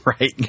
right